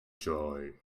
joy